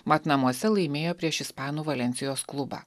mat namuose laimėjo prieš ispanų valensijos klubą